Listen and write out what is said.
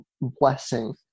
blessing